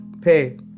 pay